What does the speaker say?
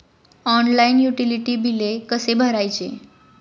Online utility बिले कसे भरायचे?